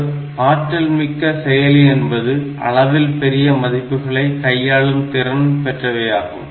ஒரு ஆற்றல்மிக்க செயலி என்பது அளவில் பெரிய மதிப்புகளை கையாளும் திறன் பெற்றவையாகும்